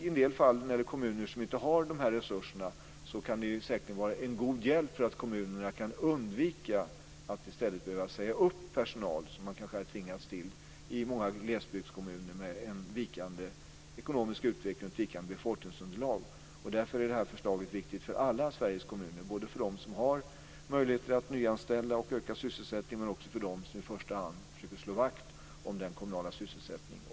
I en del fall, när det är kommuner som inte har de här resurserna, kan det säkerligen vara en god hjälp till att kommunerna kan undvika att i stället behöva säga upp personal, vilket man kanske hade tvingats till i många glesbygdskommuner med en vikande ekonomisk utveckling och ett vikande befolkningsunderlag. Därför är det här förslaget viktigt för alla Sveriges kommuner; för dem som har möjlighet att nyanställa och öka sysselsättningen men också för dem som i första hand försöker slå vakt om den kommunala sysselsättningen.